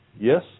Yes